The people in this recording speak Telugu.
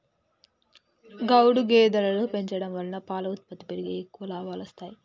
గౌడు గేదెలను పెంచడం వలన పాల ఉత్పత్తి పెరిగి ఎక్కువ లాభాలొస్తాయి